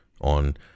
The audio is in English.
on